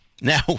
Now